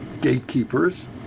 gatekeepers